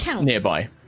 nearby